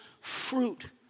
fruit